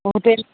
hotel